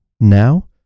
now